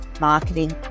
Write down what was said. marketing